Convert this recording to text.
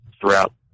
throughout